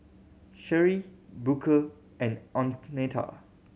Sheri Booker and Oneta